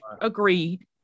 Agreed